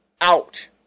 out